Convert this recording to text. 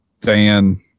Dan